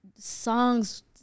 songs